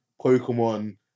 Pokemon